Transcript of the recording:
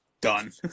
done